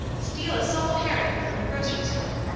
steal a salt herring from a grocery store,